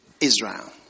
Israel